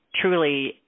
truly